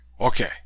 okay